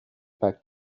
back